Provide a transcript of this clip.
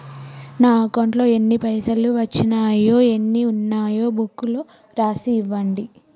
నా అకౌంట్లో ఎన్ని పైసలు వచ్చినాయో ఎన్ని ఉన్నాయో బుక్ లో రాసి ఇవ్వండి?